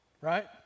right